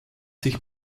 sich